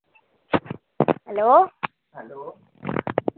hello